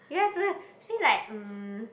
yes yes see like mm